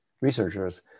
researchers